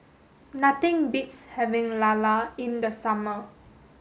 nothing beats having Lala in the summer